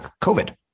COVID